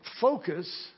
focus